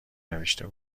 نوشته